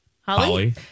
Holly